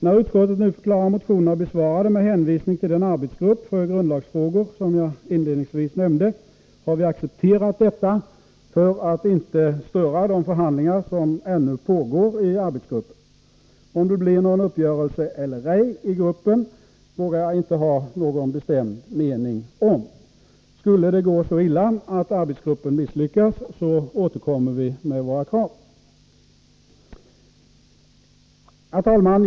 När utskottet nu förklarar motionerna besvarade med hänvisning till den arbetsgrupp för grundlagsfrågor som jag inledningsvis nämnde, har vi accepterat detta för att inte störa de förhandlingar som ännu pågår i arbetsgruppen. Om det blir någon uppgörelse eller ej i gruppen vågar jag inte ha någon bestämd mening om. Skulle det gå så illa att arbetsgruppen misslyckas återkommer vi med våra krav. Herr talman!